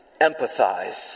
empathize